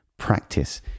practice